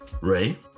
Ray